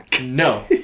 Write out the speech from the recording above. No